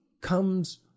comes